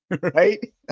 right